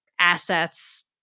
assets